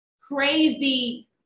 crazy